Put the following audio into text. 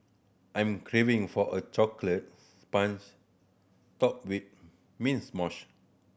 I'm craving for a chocolate sponge topped with mints mousse